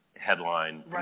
headline